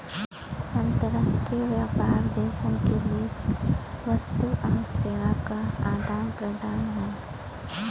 अंतर्राष्ट्रीय व्यापार देशन के बीच वस्तु आउर सेवा क आदान प्रदान हौ